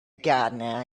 gardener